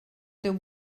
teu